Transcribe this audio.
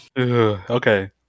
Okay